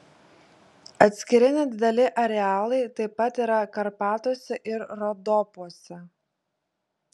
atskiri nedideli arealai taip pat yra karpatuose ir rodopuose